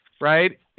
right